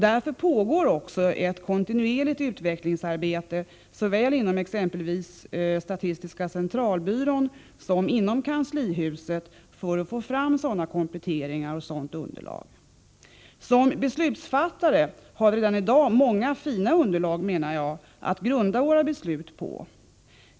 Därför pågår också ett kontinuerligt utvecklingsarbete såväl inom exempelvis statistiska centralbyrån som inom kanslihuset för att få fram sådana kompletteringar och ett sådant underlag. Som beslutsfattare har vi redan i dag många fina underlag att grunda våra beslut på.